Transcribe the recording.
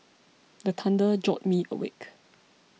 the thunder jolt me awake